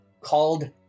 called